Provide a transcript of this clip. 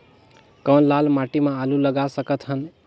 कौन लाल माटी म आलू लगा सकत हन?